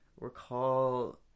recall